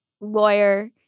lawyer—